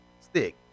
stick